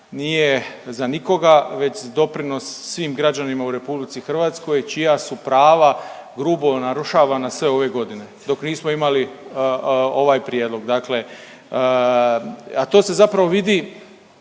nije za nikoga, već doprinos svim građanima u RH čija su prava grubo narušavana sve ove godine dok nismo imali ovaj prijedlog. Dakle, a to se zapravo vidi